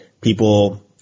people